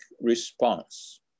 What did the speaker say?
response